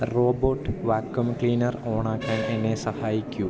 robot vacuum cleaner ഓണാക്കാൻ എന്നെ സഹായിക്കൂ